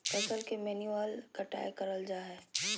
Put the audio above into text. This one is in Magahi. फसल के मैन्युअल कटाय कराल जा हइ